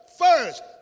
first